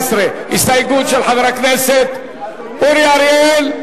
18, הסתייגות של חבר הכנסת אורי אריאל,